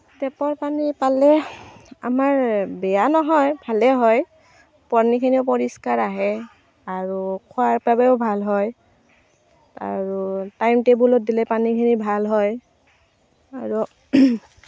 টেপৰ পানী পালে আমাৰ বেয়া নহয় ভালেই হয় পনীখিনি পৰিষ্কাৰ আহে আৰু খোৱাৰ বাবেও ভাল হয় আৰু টাইমটেবুলত দিলে পানীখিনি ভাল হয় আৰু